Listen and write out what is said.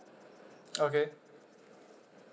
okay